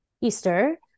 Easter